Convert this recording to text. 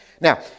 Now